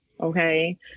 Okay